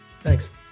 thanks